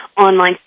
online